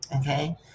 okay